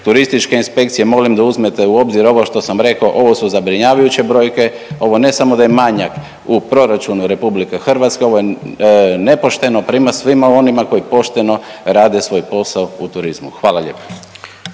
turističke inspekcije molim da uzmete u obzir ovo što sam rekao, ovo su zabrinjavajuće brojke, ovo ne samo da je manjak u proračunu RH ovo je nepošteno prema svima onima koji pošteno rade svoj posao u turizmu. Hvala lijepa.